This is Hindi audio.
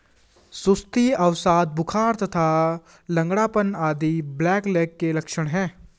सुस्ती, अवसाद, बुखार तथा लंगड़ापन आदि ब्लैकलेग के लक्षण हैं